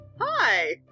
Hi